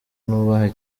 nubaha